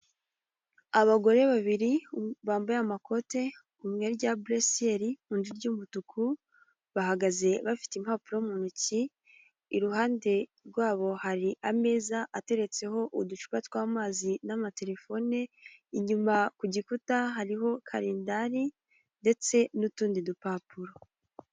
Abagore babiri bambaye amakote umwe irya buresiyeri, undi iry'umutuku, bahagaze bafite impapuro mu ntoki, iruhande rwabo hari ameza ateretseho uducupa tw'amazi n'amatelefone inyumaku gikuta hariho karindari ndetse n'utundi dupapuro.